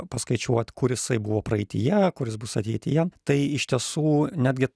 paskaičiuot kur jisai buvo praeityje kur jis bus ateityje tai iš tiesų netgi